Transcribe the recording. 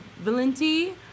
Valenti